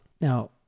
Now